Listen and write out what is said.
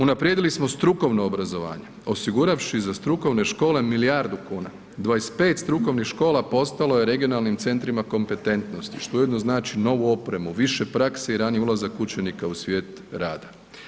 Unaprijedili smo strukovno obrazovanje osiguravši za strukovne škole milijardu kuna, 25 strukovnih škola postalo je regionalnim centrima kompetentnosti što ujedno znači novu opremu, više prakse i raniji ulazak učenika u svijet rada.